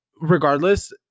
regardless